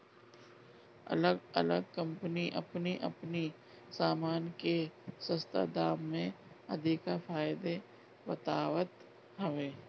अलग अलग कम्पनी अपनी अपनी सामान के सस्ता दाम में अधिका फायदा बतावत हवे